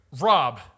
Rob